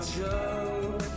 joke